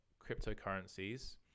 cryptocurrencies